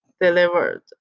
delivered